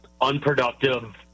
unproductive